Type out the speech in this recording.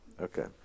Okay